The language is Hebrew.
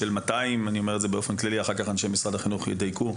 אני אומר באופן כללי ואחר כך אנשי משרד החינוך ידייקו